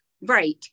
right